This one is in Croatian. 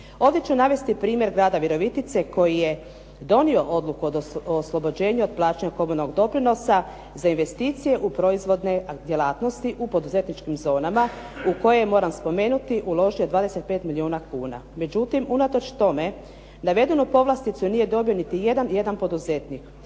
Ovdje ću navesti primjer grada Virovitice koji je donio odluku od oslobođenja od plaćanja komunalnog doprinosa za investicije u proizvodne djelatnosti u poduzetničkim zonama u koje moram spomenuti uložio 25 milijuna kuna. Međutim, unatoč tome navedenu povlasticu nije dobio niti jedan poduzetnik.